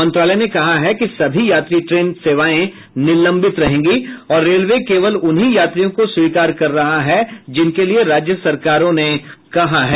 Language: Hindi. मंत्रालय ने कहा है कि सभी यात्री ट्रेन सेवाएं निलंबित रहेंगी और रेलवे केवल उन्हीं यात्रियों को स्वीकार कर रहा है जिनके लिए राज्य सरकारों ने बोला है